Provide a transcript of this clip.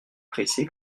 pressé